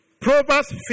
Proverbs